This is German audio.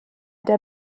der